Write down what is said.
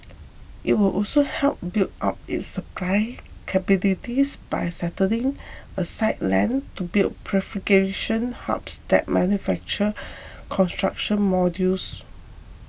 it will also help build up its supply capabilities by setting aside land to build prefabrication hubs that manufacture construction modules